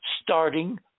starting